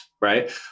Right